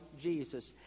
Jesus